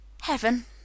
Heaven